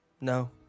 No